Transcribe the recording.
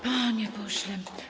Panie pośle.